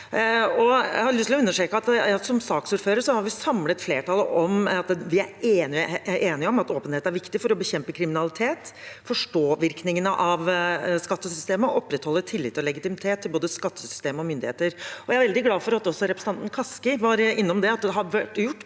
jeg lyst til å understreke at det er et flertall som er enige om at åpenhet er viktig for å bekjempe kriminalitet, forstå virkningene av skattesystemet og opprettholde tillit og legitimitet til både skattesystemet og myndigheter. Jeg er veldig glad for at også representanten Kaski var innom at det har vært gjort